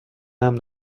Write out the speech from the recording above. امن